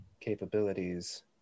capabilities